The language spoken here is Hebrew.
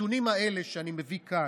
הנתונים האלה, שאני מביא כאן,